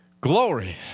Glory